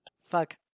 Fuck